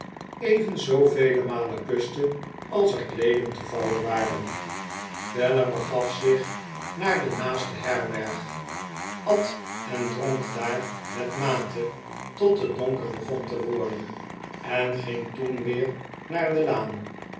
even zoovele malen kuste als er kleeden te vouwen waren weller begaf zich naar de naaste herberg at en dronk daar met mate tot het donker begon te worden en ging toen weer naar de laan